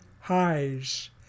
highs